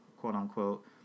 quote-unquote